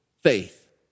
faith